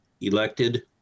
elected